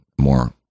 more